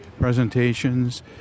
presentations